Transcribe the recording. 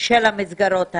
של המסגרות האלה.